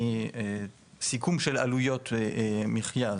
מורכב מסיכום של עלויות מחיה,